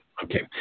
Okay